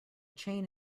chain